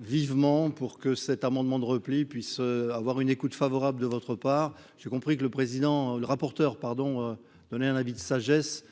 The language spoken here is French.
vivement pour que cet amendement de repli puissent avoir une écoute favorable de votre part, j'ai compris que le président le rapporteur, pardon, donner un avis de sagesse,